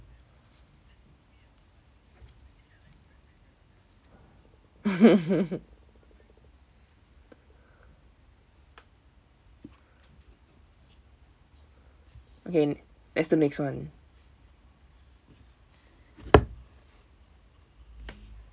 okay there's the next one